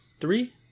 three